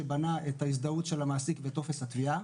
שבנה את ההזדהות של המעסיק ואת טופס התביעה.